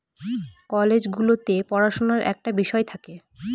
college গুলোতে পড়াশুনার একটা বিষয় থাকে